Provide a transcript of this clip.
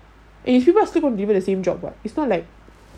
if you basketball given the same job what it's not like